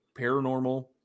paranormal